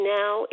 now